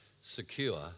secure